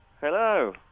Hello